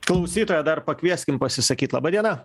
klausytoją dar pakvieskim pasisakyt laba diena